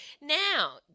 Now